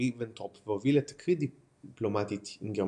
ריבנטרופ והוביל לתקרית דיפלומטית עם גרמניה.